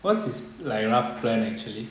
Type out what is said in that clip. what's his like rough plan actually